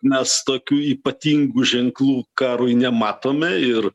mes tokių ypatingų ženklų karui nematome ir